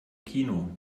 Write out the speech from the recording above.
kino